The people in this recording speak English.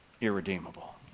irredeemable